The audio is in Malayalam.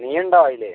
നീ ഉണ്ടോ അതിൽ